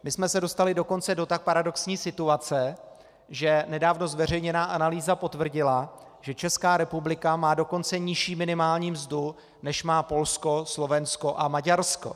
My jsme se dostali dokonce do tak paradoxní situace, že nedávno zveřejněná analýza potvrdila, že Česká republika má dokonce nižší minimální mzdu, než má Polsko, Slovensko a Maďarsko.